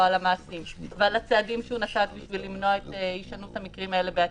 על המעשים ועל הצעדים שהוא נקט כדי למנוע את הישנות המקרים האלה בעתיד,